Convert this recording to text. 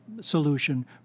solution